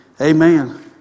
Amen